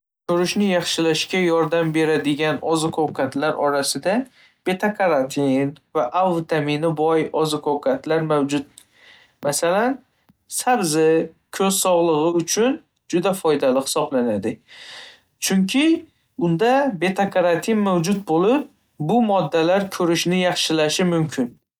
Ko'rishni yaxshilashga yordam beradigan oziq-ovqatlar orasida beta-karotin va A vitamini boy oziq-ovqatlar mavjud. Masalan, sabzi ko'z sog'lig'i uchun juda foydali hisoblanadi, chunki unda beta-karotin mavjud bo'lib, bu moddalar ko'rishni yaxshilashi mumkin.